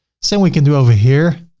same we can do over here,